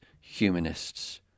humanists